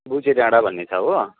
पुजे डाँडा भन्ने छ हो